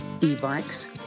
e-bikes